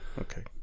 Okay